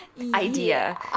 idea